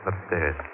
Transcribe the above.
Upstairs